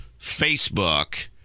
Facebook